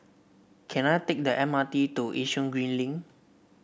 can I take the M R T to Yishun Green Link